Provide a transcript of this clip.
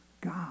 God